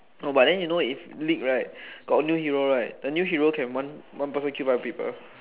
oh but then you know if league right got new hero right the hero can one person kill multiple people